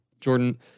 Jordan